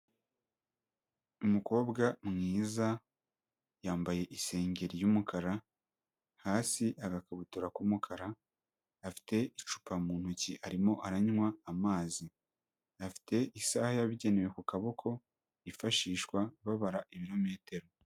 Umukobwa mwiza yambaye isengeri ry'umukara, hasi agakabutura k'umukara, afite icupa mu ntoki arimo aranywa amazi, afite isaha yabugenewe ku kaboko yifashishwa babara ibirometero.